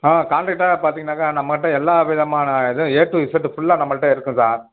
ஆ காண்ட்ராக்ட்டை பார்த்தீங்கன்னாக்கா நம்மகிட்ட எல்லா விதமான இது ஏ டு இசட்டு ஃபுல்லா நம்மள்ட்ட இருக்கும் சார்